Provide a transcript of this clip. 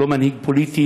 לא מנהיג פוליטי,